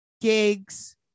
gigs